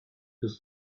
des